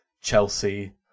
Chelsea